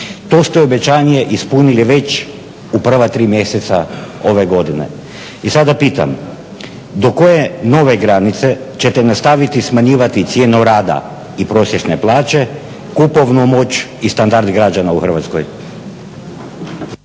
To ste obećanje ispunili već u prva tri mjeseca ove godine. I sada pitam do koje nove granice ćete nastaviti smanjivati cijenu rada i prosječne plaće, kupovnu moć i standard građana u Hrvatskoj.